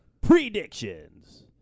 predictions